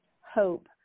hope